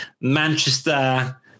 Manchester